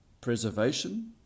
preservation